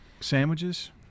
sandwiches